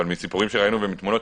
אבל מסיפורים שראינו ומתמונות,